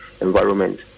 environment